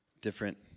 different